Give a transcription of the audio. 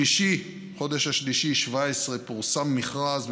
בחודש מרס 2017 פורסם מכרז,